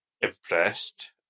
impressed